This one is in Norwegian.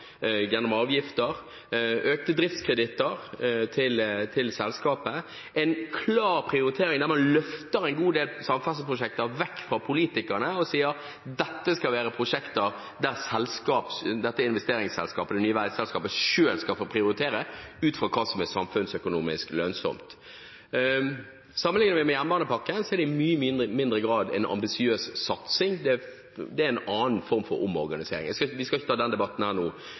gjennom avgifter og økte driftskreditter til selskapet – en klar prioritering der man løfter en god del samferdselsprosjekter vekk fra politikerne og sier at dette skal være prosjekter der dette investeringsselskapet, det nye veiselskapet, selv skal få prioritere ut fra hva som er samfunnsøkonomisk lønnsomt. Sammenligner vi med jernbanepakken, er det i mye mindre grad en ambisiøs satsing. Det er en annen form for omorganisering. Vi skal ikke ta den debatten nå.